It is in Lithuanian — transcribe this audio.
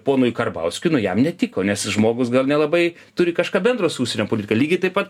ponui karbauskiui nu jam netiko nes žmogus gal nelabai turi kažką bendro su užsienio politika lygiai taip pat